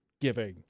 giving